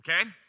Okay